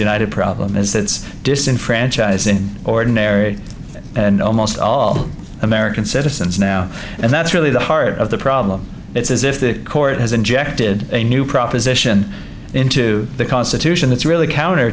united problem is that it's disenfranchising ordinary and almost all american citizens now and that's really the heart of the problem it's as if the court has injected a new proposition into the constitution that's really counter